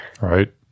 right